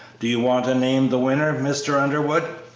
do you want to name the winner, mr. underwood?